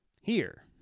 Here